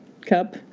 cup